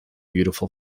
beautiful